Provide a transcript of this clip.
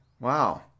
wow